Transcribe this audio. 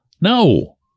no